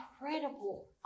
incredible